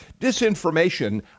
disinformation